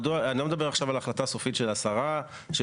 אני לא מדבר עכשיו על החלטה סופית של השרה שיכול